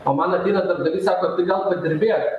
o man ateina darbdavys sako tai gal padirbėk